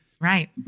right